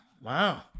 Wow